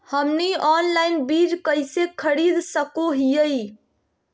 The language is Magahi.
हमनी ऑनलाइन बीज कइसे खरीद सको हीयइ?